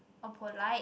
oh polite